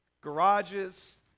garages